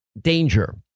danger